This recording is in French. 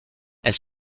elle